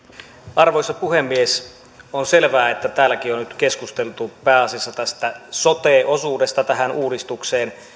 arvoisa puhemies on selvää että täälläkin on nyt keskusteltu pääasiassa tästä sote osuudesta tähän uudistukseen